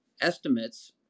estimates